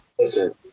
Listen